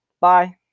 Bye